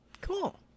Cool